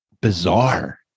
bizarre